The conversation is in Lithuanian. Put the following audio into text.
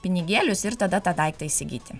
pinigėlius ir tada tą daiktą įsigyti